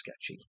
sketchy